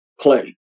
play